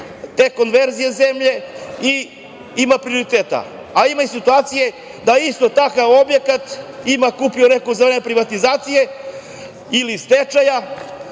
te konverzije zemlje i ima prioritet. A ima i situacija da isto takav objekat, kupio neko za vreme privatizacije ili stečaja,